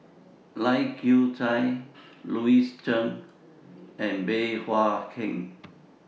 Lai Kew Chai Louis Chen and Bey Hua Heng